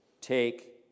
Take